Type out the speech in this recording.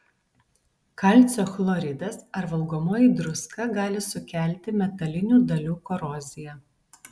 kalcio chloridas ar valgomoji druska gali sukelti metalinių dalių koroziją